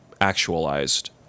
actualized